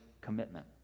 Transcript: commitment